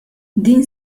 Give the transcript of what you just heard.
din